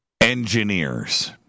engineers